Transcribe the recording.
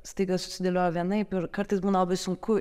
staiga susidėlioja vienaip ir kartais būna labai sunku